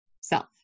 self